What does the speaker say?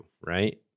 right